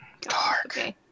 Dark